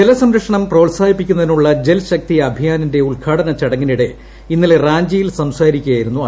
ജലസംരക്ഷണം പ്രോത്സാഹിപ്പിക്കുന്നതിനുള്ള ജൽ ശക്തി അഭി്യാനിന്റ ഉദ്ഘാടന ചടങ്ങിനിടെ ഇന്നലെ റാഞ്ചിയിൽ സംസാരിക്കുകയായിരുന്നു്